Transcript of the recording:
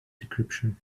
decryption